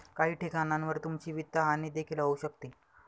काही ठिकाणांवर तुमची वित्तहानी देखील होऊ शकते